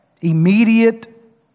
immediate